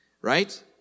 right